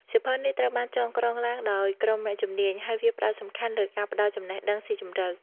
សៀវភៅនេះត្រូវបានចងក្រងឡើងដោយក្រុមអ្នកជំនាញ ហើយវាផ្ដោតសំខាន់លើការផ្ដល់ចំណេះដឹងស៊ីជម្រៅ។